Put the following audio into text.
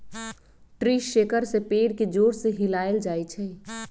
tree shaker से पेड़ के जोर से हिलाएल जाई छई